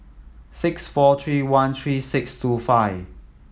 six four three one three six two five